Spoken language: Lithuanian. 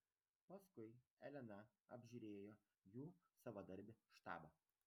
paskui elena apžiūrėjo jų savadarbį štabą